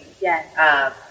Yes